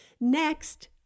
Next